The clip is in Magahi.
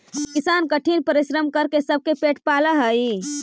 किसान कठिन परिश्रम करके सबके पेट पालऽ हइ